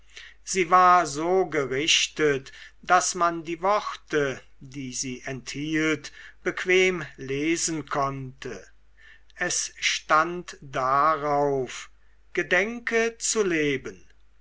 sie war so gerichtet daß man die worte die sie enthielt bequem lesen konnte es stand darauf gedenke zu leben